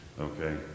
okay